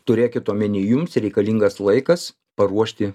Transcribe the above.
turėkit omeny jums reikalingas laikas paruošti